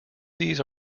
these